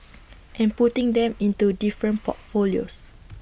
and putting them into different portfolios